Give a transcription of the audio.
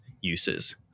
uses